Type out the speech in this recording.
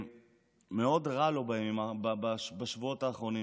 ומאוד רע לו בשבועות האחרונים.